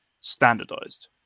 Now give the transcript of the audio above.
standardized